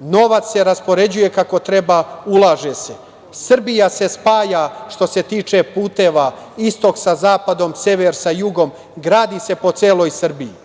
novac se raspoređuje kako treba, ulaže se. Srbija se spaja, što se tiče puteva, istok sa zapadom, sever sa jugom. Gradi se po celoj Srbiji.